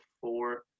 four